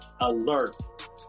Alert